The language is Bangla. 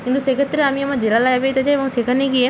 কিন্তু সেক্ষেত্রে আমি আমার জেলার লাইব্রেরিতে যাই এবং সেখানে গিয়ে